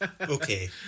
Okay